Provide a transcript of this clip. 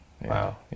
Wow